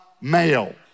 male